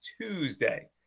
Tuesday